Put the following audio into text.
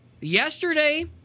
Yesterday